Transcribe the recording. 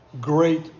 great